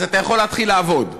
אתה יכול להתחיל לעבוד,